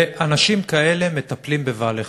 ואנשים כאלה מטפלים בבעלי-חיים.